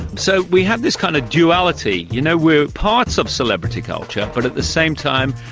so we have this kind of duality, you know, we're parts of celebrity culture, but at the same time,